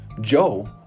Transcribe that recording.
Joe